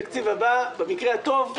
תקציב הבא, במקרה הטוב,